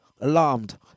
alarmed